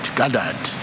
gathered